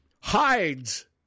hides